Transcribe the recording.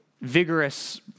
vigorous